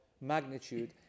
magnitude